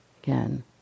Again